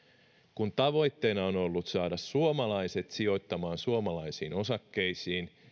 kun tavoitteena on ollut saada suomalaiset sijoittamaan suomalaisiin osakkeisiin